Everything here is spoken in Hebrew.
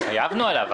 התחייבנו עליו.